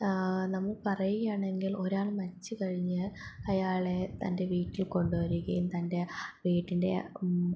നമ്മൾ പറയുകയാണെങ്കിൽ ഒരാൾ മരിച്ച് കഴിഞ്ഞ് അയാളെ തൻ്റെ വീട്ടിൽ കൊണ്ടുവരികയും തൻ്റെ വീട്ടിൻ്റെ